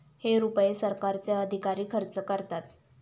हे रुपये सरकारचे अधिकारी खर्च करतात